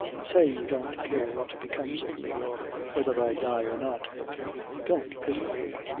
say you don't care what becomes of me, or whether i die or not but don't pity me.